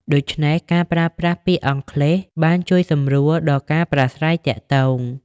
ដូច្នេះការប្រើប្រាស់ពាក្យអង់គ្លេសបានជួយសម្រួលដល់ការប្រាស្រ័យទាក់ទង។